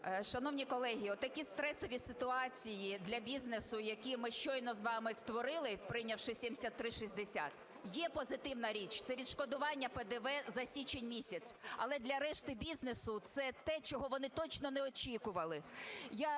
Шановні колеги, такі стресові ситуації для бізнесу, які ми щойно з вами створили, прийнявши 7360, є позитивна річ, це відшкодування ПДВ за січень місяць. Але для решти бізнесу це те, чого вони точно не очікували.